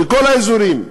בכל האזורים.